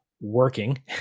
working